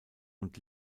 und